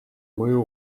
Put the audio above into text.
mõju